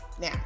Now